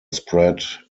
spread